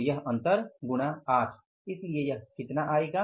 तो यह अंतर गुणा 8 इसलिए यह कितना आएगा